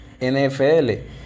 NFL